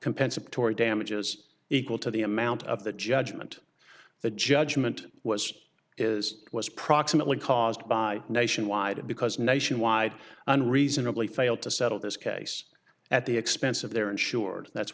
compensatory damages equal to the amount of the judgment the judgment was is was proximately caused by nationwide because nationwide unreasonably failed to settle this case at the expense of their insured that's